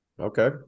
Okay